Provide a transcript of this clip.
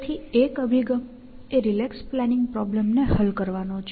તેથી એક અભિગમ એ રિલેક્સ પ્લાનિંગ પ્રોબ્લેમને હલ કરવાનો છે